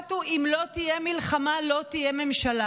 המשפט הוא: אם לא תהיה מלחמה לא תהיה ממשלה.